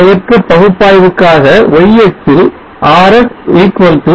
நிலையற்ற பகுப்பாய்வுக்காக y அச்சில் RS 0